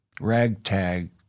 Ragtag